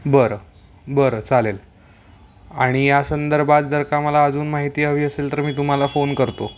बरं बरं चालेल आणि या संदर्भात जर का मला अजून माहिती हवी असेल तर मी तुम्हाला फोन करतो